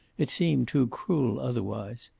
it seemed too cruel otherwise.